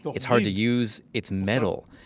but it's hard to use. it's metal.